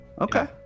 Okay